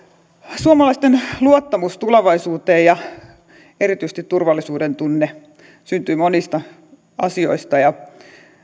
suomalaisten luottamus tulevaisuuteen ja erityisesti turvallisuudentunne syntyvät monista asioista ja